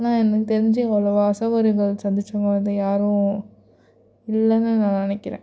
ஆனால் எனக்கு தெரிஞ்சி அவ்ளோவா அசௌகரியங்கள் சந்திச்ச மாதிரி யாரும் இல்லைன்னு நான் நினைக்கிறேன்